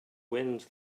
wind